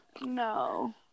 No